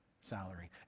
salary